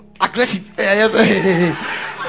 aggressive